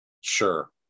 sure